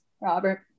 Robert